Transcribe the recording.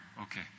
Okay